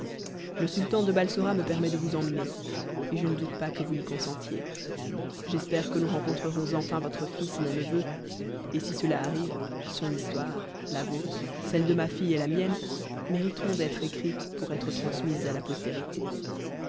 le sultan de balsora me permet de vous emmener et je ne doute pas que vous n'y consentiez j'espère que nous rencontrerons enfin votre fils mon neveu et si cela arrive son histoire la vôtre celle de ma fille et la mienne mériteront d'être écrites pour être transmises à la postérité